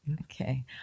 Okay